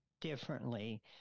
differently